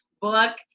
book